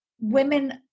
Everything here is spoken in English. Women